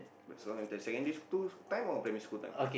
but this one secondary school time or primary school time